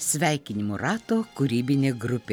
sveikinimų rato kūrybinė grupė